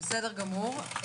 בסדר גמור.